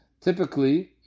Typically